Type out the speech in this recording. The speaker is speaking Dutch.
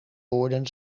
woorden